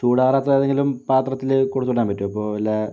ചൂടാറാത്ത ഏതെങ്കിലും പാത്രത്തിൽ കൊടുത്തു വിടാൻ പറ്റുമോ അപ്പോൾ വല്ല